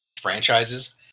franchises